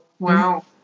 Wow